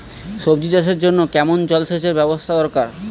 সবজি চাষের জন্য কেমন জলসেচের ব্যাবস্থা দরকার?